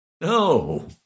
No